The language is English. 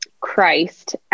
Christ